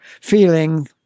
feeling